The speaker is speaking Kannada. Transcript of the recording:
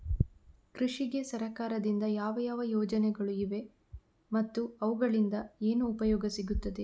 ಕೃಷಿಗೆ ಸರಕಾರದಿಂದ ಯಾವ ಯಾವ ಯೋಜನೆಗಳು ಇವೆ ಮತ್ತು ಅವುಗಳಿಂದ ಏನು ಉಪಯೋಗ ಸಿಗುತ್ತದೆ?